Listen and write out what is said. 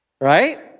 Right